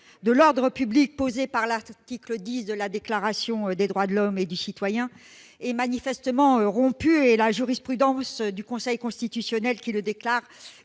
de l'ordre public imposé par l'article X de la Déclaration des droits de l'homme et du citoyen est manifestement rompu, et la jurisprudence du Conseil constitutionnel à ce